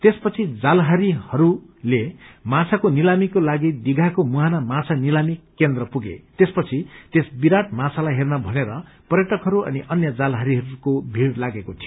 त्यसपछि जालहारीहरू माछाको निलामीको लागि दीघाको मुहाना माछा निलामी केन्द्र पुगे त्यससमय त्यस विराट माछालाई हेर्न भनेर पर्यटकहरू अनि अन्य जालहारीहरूको भीड़ लागेको थियो